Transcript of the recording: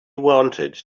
wanted